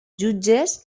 jutges